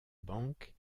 bank